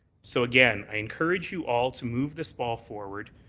so, again, i encourage you all to move this ball forward,